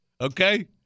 okay